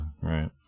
right